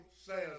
says